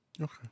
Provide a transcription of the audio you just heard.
Okay